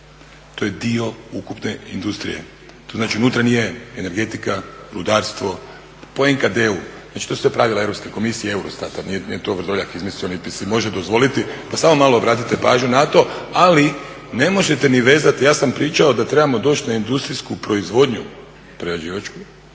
to je dio ukupne industrije. To znači unutra nije energetika, rudarstvo, po NKD-u znači to su ta pravila Europske komisije i EUROSTAT-a. nije to Vrdoljak izmislio niti si može dozvoliti pa samo malo obratite pažnju na to. Ali ne možete ni vezati, ja sam pričao da trebamo doći na industrijsku proizvodnju prerađivačku